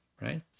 right